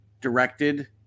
directed